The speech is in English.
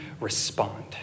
respond